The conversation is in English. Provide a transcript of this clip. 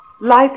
Life